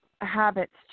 habits